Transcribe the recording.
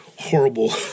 horrible